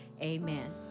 Amen